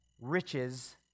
riches